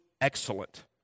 excellent